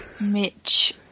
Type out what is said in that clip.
Mitch